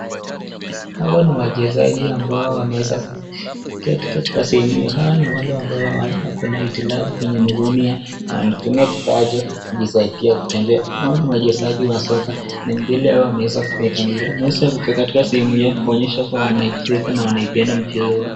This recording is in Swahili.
Hawa ni wachezaji ambao wameeeza sehemu ya katikati. Hawa ni wale ambao . Wanatumia kifaa cha kujisaidia . Wachezaji wa soka wako katika sehemu ya kufanya mazoezi.